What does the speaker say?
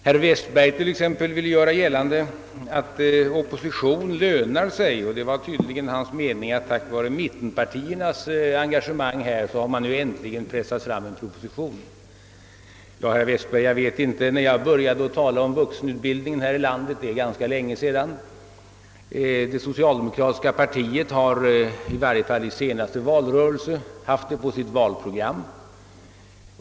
Herr Westberg t.ex. ville göra gällande att »opposition lönar sig», och det var tydligen hans mening att tack vare mittenpartiernas engagemang har en proposition äntligen pressats fram. Jag vet faktiskt inte, herr Westberg, när jag började tala om vuxenutbildning här i landet, men det socialdemokratis ka partiet har åtminstone i den senaste valrörelsen haft frågan på sitt valprogram.